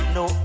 no